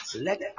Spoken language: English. let